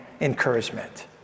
encouragement